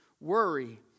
Worry